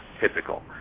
typical